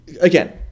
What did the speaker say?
Again